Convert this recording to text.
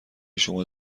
شما